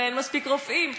ואין מספיק רופאים,